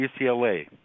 UCLA